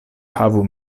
havu